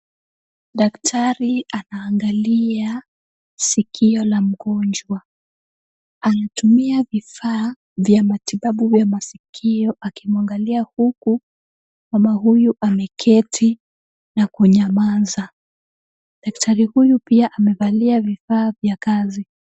Daktari anaangalia sikio la mgonjwa ,anatumia vifaa vya matibabu vya masikio akimwangalia, huku mama huyu ameketi na kunyamaza, daktari huyu pia amevaa vifaa vya kazi.